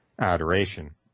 adoration